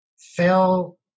fail